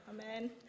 Amen